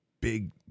big